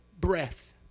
breath